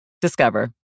Discover